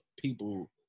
people